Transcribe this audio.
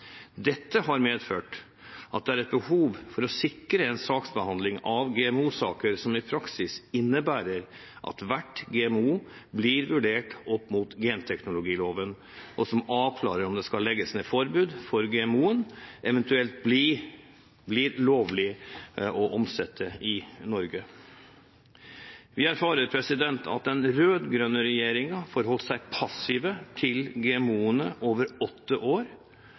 Dette har medført at det er et behov for å sikre en behandling av GMO-saker som i praksis innebærer at hver GMO blir vurdert opp mot genteknologiloven, og som avklarer om det skal legges ned forbud før GMO-en eventuelt blir lovlig å omsette i Norge. Vi erfarer at den rød-grønne regjeringen forholdt seg passiv til GMO-ene i åtte år,